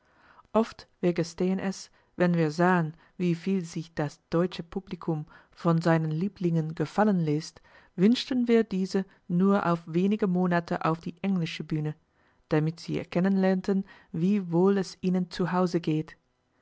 oft wir gestehen es wenn wir sahen wieviel sich das deutsche publikum von seinen lieblingen gefallen läßt wünschten wir diese nur auf wenige monate auf die englische bühne damit sie erkennen lernten wie wohl es ihnen zu hause geht